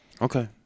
Okay